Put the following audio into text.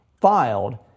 filed